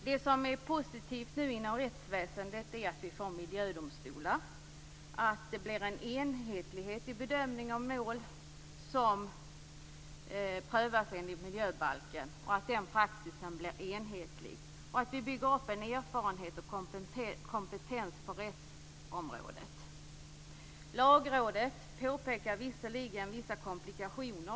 Det positiva inom rättsväsendet är att miljödomstolar inrättas, att det blir en enhetlig praxis i bedömningen av mål som prövas enligt miljöbalken. Nu byggs erfarenhet och kompetens upp på rättsområdet. Lagrådet påpekar visserligen vissa komplikationer.